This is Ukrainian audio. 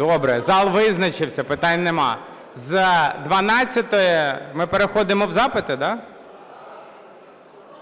Добре, зал визначився, питань немає. З 12-ї ми переходимо в запити, да?